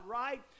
right